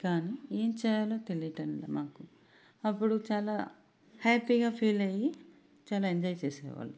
కానీ ఎం చేయాలో తెలియటంలే మాకు అప్పుడు చాలా హ్యాపీగా ఫీల్ అయ్యి చాలా ఎంజాయ్ చేసే వాళ్ళం